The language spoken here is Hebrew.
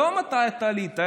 לא מתי אתה עלית,